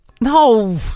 No